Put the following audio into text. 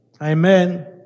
Amen